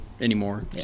anymore